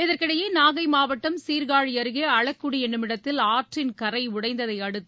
இதற்கிடையே நாகைமாவட்டம் சீர்காழிஅருகேஅளக்குடிஎன்னுமிடத்தில் ஆற்றின் கரைஉடைந்ததைஅடுத்து